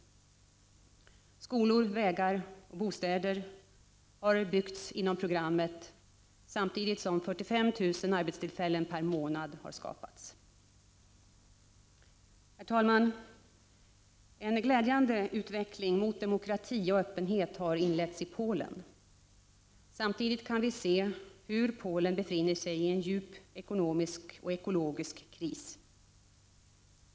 Skolor, vägar och bostäder har byggts inom programmet, samtidigt som 45 000 arbetstillfällen per månad har skapats. Herr talman! En glädjande utveckling mot demokrati och öppenhet har inletts i Polen. Samtidigt kan vi se att Polen befinner sig i en djup ekonomisk och ekologisk kris.